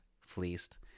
fleeced